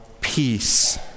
peace